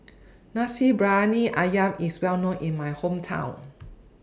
Nasi Briyani Ayam IS Well known in My Hometown